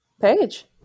Page